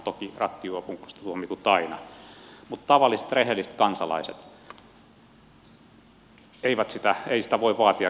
toki rattijuopumuksesta tuomitut aina mutta tavalliselta rehelliseltä kansalaiselta ei sitä voi vaatia käyttöön